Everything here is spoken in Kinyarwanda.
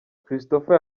christopher